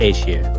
Asia